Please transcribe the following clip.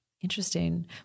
Interesting